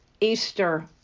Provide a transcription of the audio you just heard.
easter